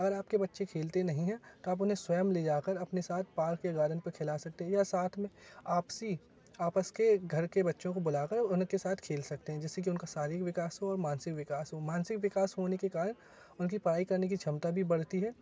अगर आपके बच्चे खेलते नहीं हैं तो आप उन्हें स्वयं ले जाकर अपने साथ पार्क या गार्डन पे खेला सकते हैं यह साथ में आपसी आपस के एक घर के बच्चों को बुलाकर उनके साथ खेल सकते हैं जिससे कि उनका शारीरिक विकास हो और मानसिक विकास हो मानसिक विकास होने के कारण उनकी पढ़ाई करने कि क्षमता भी बढ़ती है